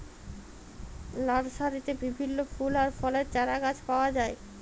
লার্সারিতে বিভিল্য ফুল আর ফলের চারাগাছ পাওয়া যায়